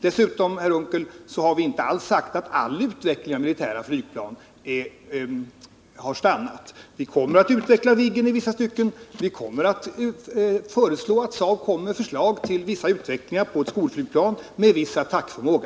Dessutom, herr Unckel, har vi inte alls sagt att all utveckling av militära flygplan har stannat. Vi kommer att utveckla Viggen i vissa stycken, och vi kommer att föreslå att Saab kommer med förslag till vissa utvecklingsarbeten på ett skolflygplan med viss attackförmåga.